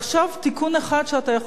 תיקון אחד שאתה יכול לעשות,